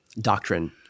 doctrine